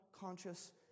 conscious